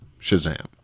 Shazam